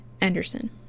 Anderson